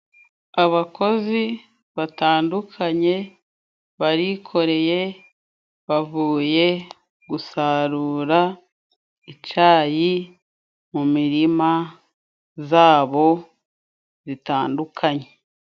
Abakozi batandukanye barikoreye ,bavuye gusarura icyayi mu mirima zabo zitandukanye.